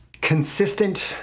consistent